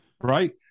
right